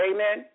Amen